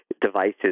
devices